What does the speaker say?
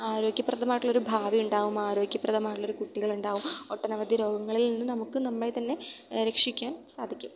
ആരോഗ്യപ്രദമായിട്ട് ഉള്ളൊരു ഭാവി ഉണ്ടാവും ആരോഗ്യപ്രദമായിട്ട് ഉള്ളൊരു കുട്ടികൾ ഉണ്ടാവും ഒട്ടനവധി രോഗങ്ങളിൽ നിന്ന് നമുക്ക് നമ്മളെ തന്നെ രക്ഷിക്കാൻ സാധിക്കും